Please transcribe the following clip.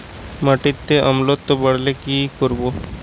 মাটিতে অম্লত্ব বাড়লে কি করব?